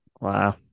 Wow